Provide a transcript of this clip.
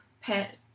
pet